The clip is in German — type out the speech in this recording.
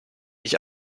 ich